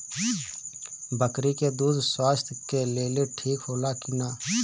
बकरी के दूध स्वास्थ्य के लेल ठीक होला कि ना?